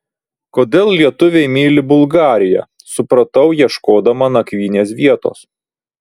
kodėl lietuviai myli bulgariją supratau ieškodama nakvynės vietos